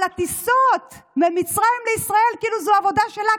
הטיסות ממצרים לישראל כאילו זו עבודה שלה,